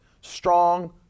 Strong